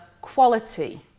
quality